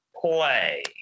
play